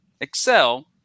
excel